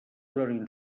donin